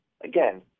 again